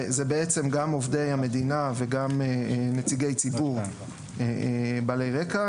זה גם עובדי המדינה וגם נציגי ציבור בעלי רקע,